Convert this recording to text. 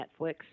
Netflix